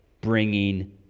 bringing